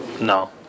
No